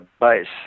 base